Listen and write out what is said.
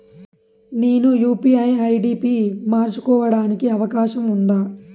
నేను UPI ID పి మార్చుకోవడానికి అవకాశం ఉందా?